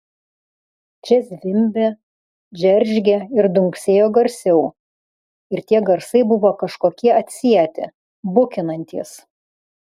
čia zvimbė džeržgė ir dunksėjo garsiau ir tie garsai buvo kažkokie atsieti bukinantys